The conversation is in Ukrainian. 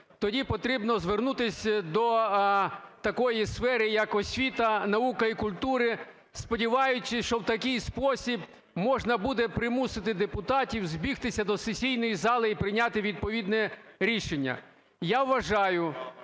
тоді потрібно звернутися до такої сфери як освіта, наука і культура, сподіваючись, що в такий спосіб можна буде примусити депутатів збігтися до сесійної зали і прийняти відповідне рішення.